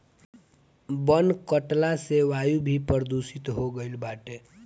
वन कटला से वायु भी प्रदूषित हो गईल बाटे